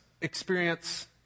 experience